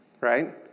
right